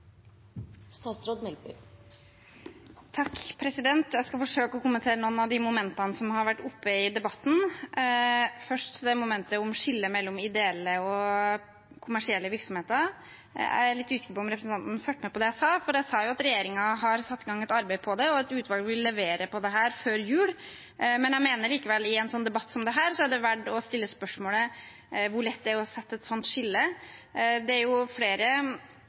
Jeg skal forsøke å kommentere noen av de momentene som har vært oppe i debatten, først momentet om skillet mellom ideelle og kommersielle virksomheter. Jeg er litt usikker på om representanten fulgte med på det jeg sa, for jeg sa at regjeringen har satt i gang et arbeid på det, og et utvalg vil levere på dette før jul. Men jeg mener likevel at det i en debatt som denne er verdt å stille spørsmålet om hvor lett det er å sette et sånt skille. Det er jo flere